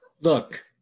Look